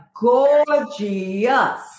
gorgeous